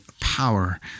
power